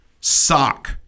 sock